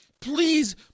please